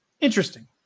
interesting